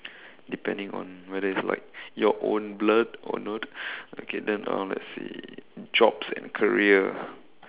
depending on whether it's like your own blood or not okay then um let's see jobs and career